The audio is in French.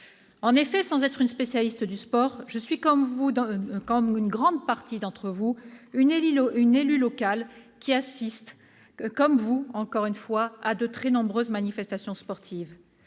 En effet, sans être une spécialiste du sport, je suis, comme une grande partie d'entre vous, une élue locale qui assiste à de très nombreuses manifestations sportives.